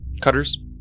cutters